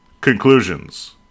Conclusions